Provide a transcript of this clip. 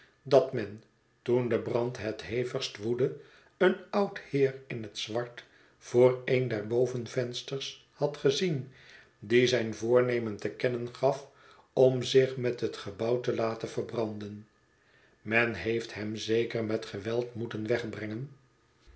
dat men toen de brand het hevigst woedde een oud heer in het zwart voor een der bovenvensters had gezien die zijn voornemen te kennen gaf om zich met het gebouw te laten verbranden men heeft hem zeker met geweld moeten wegbrengen